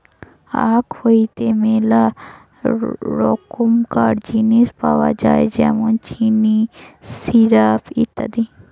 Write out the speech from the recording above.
আখ হইতে মেলা রকমকার জিনিস পাওয় যায় যেমন চিনি, সিরাপ, ইত্যাদি